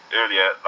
earlier